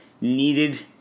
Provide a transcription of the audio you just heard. needed